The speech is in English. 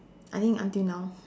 I think until now